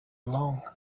along